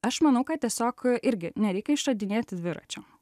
aš manau kad tiesiog irgi nereikia išradinėti dviračio